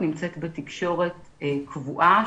נמצאת בתקשורת קבועה,